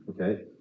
Okay